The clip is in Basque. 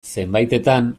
zenbaitetan